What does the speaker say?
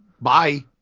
Bye